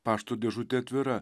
pašto dėžutė atvira